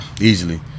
Easily